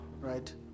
Right